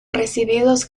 recibidos